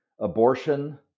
abortion